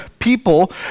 People